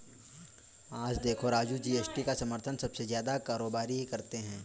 आज देखो राजू जी.एस.टी का समर्थन सबसे ज्यादा कारोबारी ही करते हैं